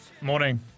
Morning